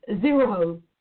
zero